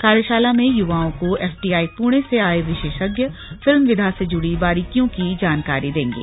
कार्यशाला में युवाओं को एफटीआई पुणे से आये विशेषज्ञ फिल्म विधा से जुड़ी बारीकियों की जानकारी देंगे